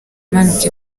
imanuka